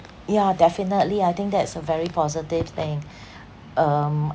yeah definitely I think that's a very positive thing um